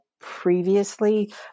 previously